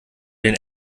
den